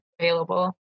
available